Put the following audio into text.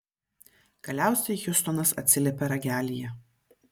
galiausiai hjustonas atsiliepė ragelyje